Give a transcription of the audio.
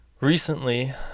recently